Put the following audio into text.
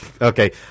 Okay